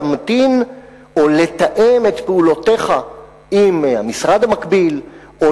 להמתין או לתאם את פעולותיך עם המשרד המקביל או